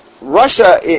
Russia